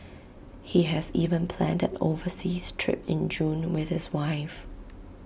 he has even planned overseas trip in June with his wife